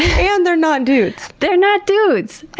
and they're not dudes! they're not dudes!